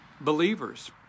believers